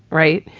right.